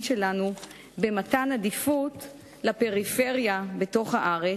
שלנו במתן עדיפות לפריפריה בתוך הארץ,